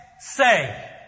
say